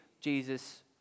Jesus